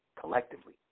collectively